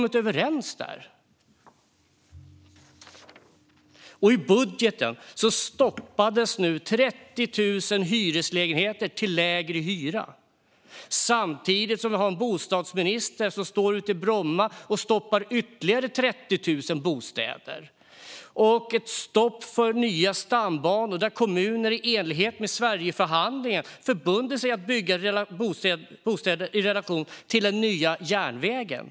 I budgeten stoppades nu 30 000 hyreslägenheter till lägre hyra samtidigt som vi har en bostadsminister som står ute i Bromma och stoppar ytterligare 30 000 bostäder. Stopp är det också för nya stambanor, där kommuner i enlighet med Sverigeförhandlingen förbundit sig att bygga bostäder i relation till den nya järnvägen.